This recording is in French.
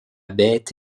bête